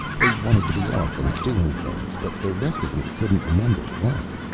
they wanted to be off and doing things. but the rest of me couldn't remember what.